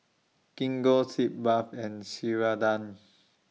Gingko Sitz Bath and Ceradan